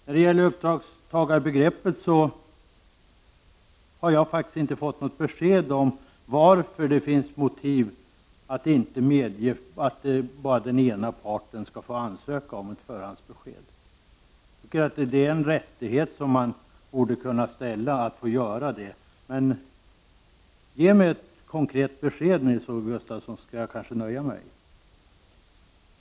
När det gäller uppdragstagarbegreppet har jag faktiskt inte fått något besked om vad det finns för motiv att inte medge att den ena parten ensam skall få ansöka om ett förhandsbesked. Att få göra det är ett krav man borde kunna ställa. Ge mig ett konkret besked, Nils-Olof Gustafsson, så skall jag kanske nöja mig.